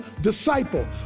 disciple